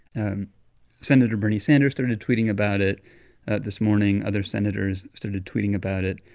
and senator bernie sanders started tweeting about it this morning. other senators started tweeting about it.